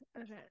okay